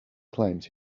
claims